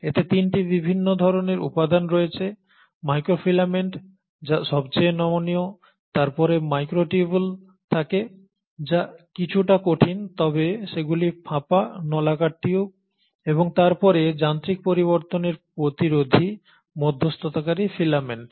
এতে 3টি বিভিন্ন ধরণের উপাদান রয়েছে মাইক্রোফিলামেন্ট যা সবচেয়ে নমনীয় তারপরে মাইক্রোটিউবুল থাকে যা কিছুটা কঠিন তবে সেগুলি ফাঁপা নলাকার টিউব এবং তারপরে যান্ত্রিক পরিবর্তনের প্রতিরোধী মধ্যস্থতাকারী ফিলামেন্ট